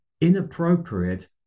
inappropriate